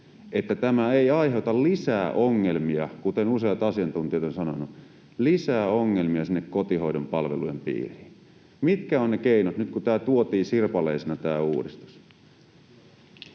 tämä ei aiheuta lisää ongelmia, kuten useat asiantuntijat ovat sanoneet, sinne kotihoidon palvelujen piiriin? Mitkä ovat ne keinot nyt, kun tämä uudistus tuotiin sirpaleisena?